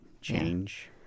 change